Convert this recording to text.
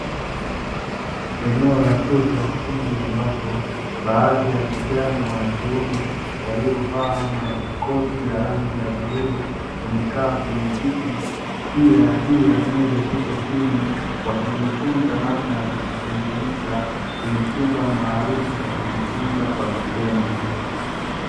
Eneo la chuo cha ufundi, ambapo baadhi ya vijana wa kiume waliovaa makoti ya rangi ya bluu, wamekaa kwenye viti, pia juu ya meza zipo simu. Wakijifunza namna ya kuzitengeneza kwenye chumba maalumu cha kujifunza kwa vitendo.